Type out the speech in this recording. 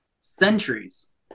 centuries